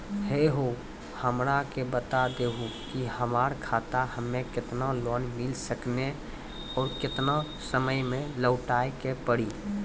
है हो हमरा के बता दहु की हमार खाता हम्मे केतना लोन मिल सकने और केतना समय मैं लौटाए के पड़ी?